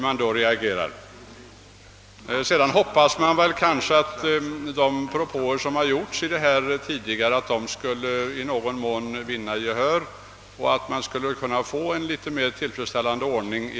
Man hade väl hoppats att de tidigare propåerna i någon mån skulle vinna gehör och att det skulle bli en något mer tillfredsställande ordning.